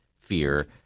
fear